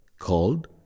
Called